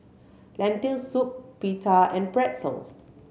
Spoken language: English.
Lentil Soup Pita and Pretzel